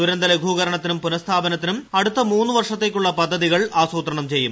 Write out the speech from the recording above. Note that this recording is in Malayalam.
ദുരന്ത ലഘൂകരണത്തിനും പുനസ്ഥാപനത്തിനും അടുത്ത മൂന്നു വർഷത്തേക്കുള്ള പദ്ധതികൾ ആസൂത്രണം ചെയ്യും